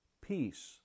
peace